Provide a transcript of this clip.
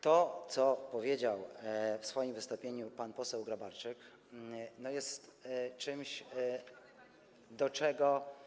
To, co powiedział w swoim wystąpieniu pan poseł Grabarczyk, jest czymś, do czego.